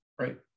Right